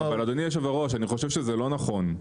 אבל אדוני יושב הראש אני חושב שזה לא נכון,